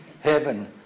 heaven